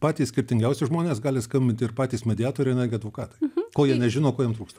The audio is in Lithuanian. patys skirtingiausi žmonės gali skambinti ir patys mediatoriai nagi advokatai ko jie nežino ko jiem trūksta